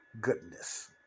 goodness